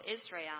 Israel